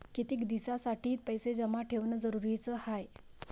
कितीक दिसासाठी पैसे जमा ठेवणं जरुरीच हाय?